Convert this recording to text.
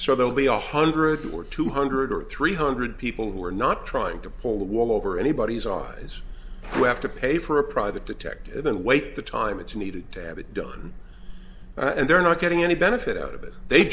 so there will be a hundred or two hundred or three hundred people who are not trying to pull the wool over anybody's authorize who have to pay for a private detective and then wait the time it's needed to have it done and they're not getting any benefit out of it they